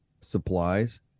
supplies